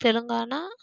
Telangana